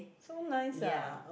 so nice ah